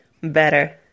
better